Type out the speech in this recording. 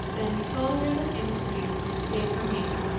then he told her the thing to do to save her mate,